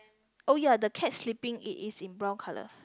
oh ya the cat sleeping it is in brown colour